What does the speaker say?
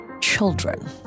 children